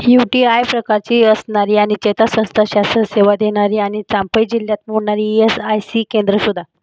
you T I प्रकारची असणारी आणि चेतासंस्थाशास्त्र सेवा देणारी आणि चांफई जिल्ह्यात मोडणारी ई एस आय सी केंद्रं शोधा